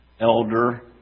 elder